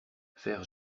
faire